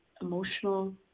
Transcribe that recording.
emotional